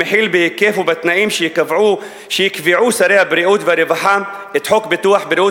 המכיל בהיקף ובתנאים שיקבעו שרי הבריאות והרווחה את חוק ביטוח בריאות